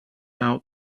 out